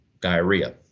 diarrhea